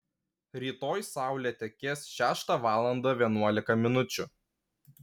rytoj saulė tekės šeštą valandą vienuolika minučių